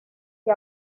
que